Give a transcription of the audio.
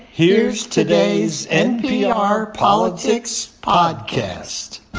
here's today's npr politics podcast